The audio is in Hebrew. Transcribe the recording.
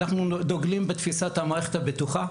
אנחנו דוגלים בתפיסת המערכת הבטוחה.